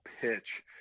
pitch